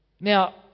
Now